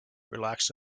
relaxed